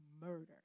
murder